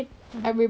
mmhmm